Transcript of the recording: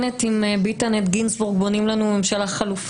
מכיוון שכמו שאמר חברי,